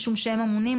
משום שהם אמונים.